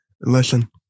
listen